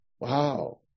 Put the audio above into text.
Wow